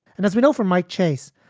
and as we know from my chase,